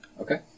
Okay